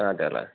ആ അതെ അല്ലേ